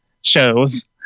shows